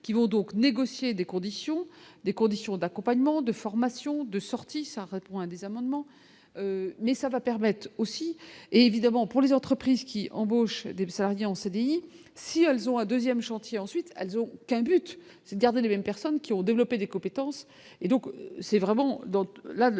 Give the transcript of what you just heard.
qui vont donc négocier des conditions des conditions d'accompagnement de formation de sortie, ça répond un des amendements mais ça va permettre aussi évidemment pour les entreprises qui embauchent des salariés en CDI, si elles ont un 2ème chantier ensuite elles ont qu'un but, c'est de garder les mêmes personnes qui ont développé des compétences et donc c'est vraiment dans